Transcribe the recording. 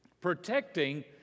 protecting